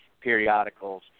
periodicals